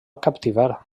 captivar